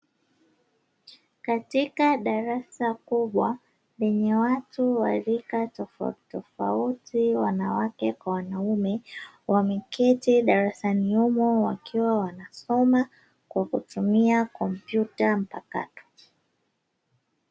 Katika darasa kubwa lenye watu wa rika tofautitofauti wanawake kwa wanaume wameketi darasani humo wakiwa wanasoma kwa kutumia kompyuta mpakato.